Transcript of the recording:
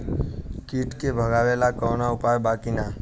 कीट के भगावेला कवनो उपाय बा की?